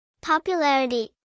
Popularity